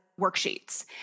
worksheets